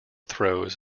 throws